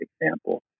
example